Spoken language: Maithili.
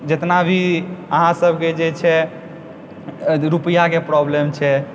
जेतना भी अहाँ सबके जे छै रुपआके प्रॉब्लम छै